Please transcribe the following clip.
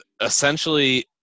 Essentially